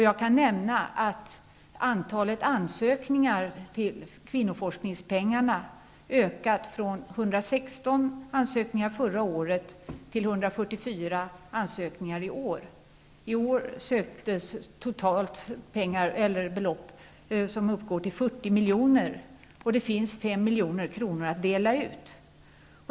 Jag kan nämna att antalet ansökningar för att få pengar till kvinnoforskning har ökat från 116 förra året till 144 i år. I år uppgår det sökta beloppet till totalt 40 milj.kr., och det finns 5 milj.kr. att dela ut.